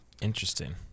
Interesting